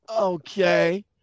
okay